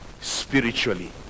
spiritually